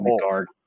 guard